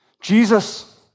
Jesus